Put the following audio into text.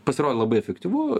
pasirodė labai efektyvu